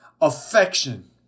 Affection